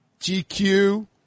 GQ